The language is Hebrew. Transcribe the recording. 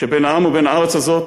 שבין העם ובין הארץ הזאת,